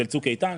של צוק איתן,